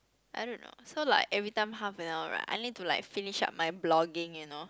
I don't know so like every time half an hour right I need to like finish up my blogging you know